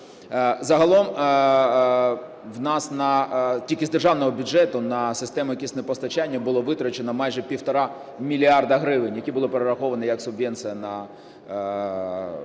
Загалом в нас тільки з державного бюджету на системи киснепостачання було витрачено майже півтора мільярда гривень, які були перераховані як субвенція в регіони.